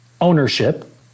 ownership